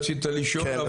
רצית לשאול,